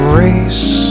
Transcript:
race